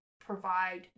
provide